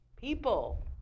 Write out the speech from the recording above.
people